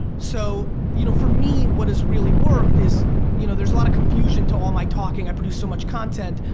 so you know for me what has really worked is you know there's a lot of confusion to all my talking, i produce so much content.